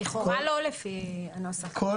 לפי הנוסח, לכאורה לא.